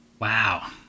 Wow